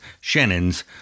Shannon's